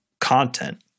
content